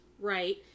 right